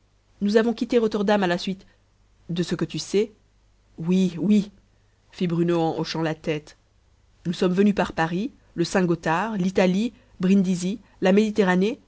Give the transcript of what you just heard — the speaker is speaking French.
nous avons quitté rotterdam à la suite de ce que tu sais oui oui fit bruno en hochant la tête nous sommes venus par paris le saint-gothard l'italie brindisi la méditerranée